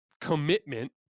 commitment